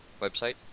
website